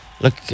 look